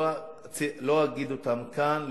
לא אגיד אותם כאן,